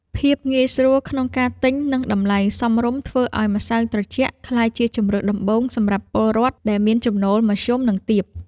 ភាពងាយស្រួលក្នុងការទិញនិងតម្លៃសមរម្យធ្វើឱ្យម្សៅត្រជាក់ក្លាយជាជម្រើសដំបូងសម្រាប់ពលរដ្ឋដែលមានចំណូលមធ្យមនិងទាប។